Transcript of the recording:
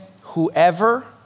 whoever